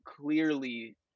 clearly